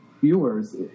viewers